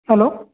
hello